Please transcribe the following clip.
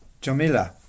Jamila